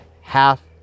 half